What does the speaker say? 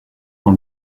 dans